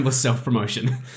self-promotion